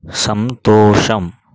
సంతోషం